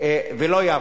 ולא "יפו".